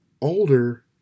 older